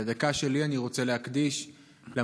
את הדקה שלי אני רוצה להקדיש למאבק